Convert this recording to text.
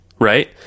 right